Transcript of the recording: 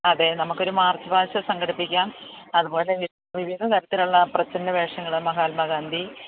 അതെ നമുക്കൊരു march past സംഘടിപ്പിക്കാം അതുപോലെ വിവിധ തരത്തിലുള്ള പ്രസന്നവേഷങ്ങള് മഹാത്മാഗാന്ധി